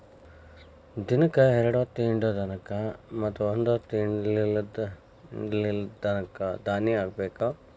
ದಿನಕ್ಕ ಎರ್ಡ್ ಹೊತ್ತ ಹಿಂಡು ದನಕ್ಕ ಮತ್ತ ಒಂದ ಹೊತ್ತ ಹಿಂಡಲಿದ ದನಕ್ಕ ದಾನಿ ಹಾಕಬೇಕ